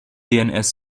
dns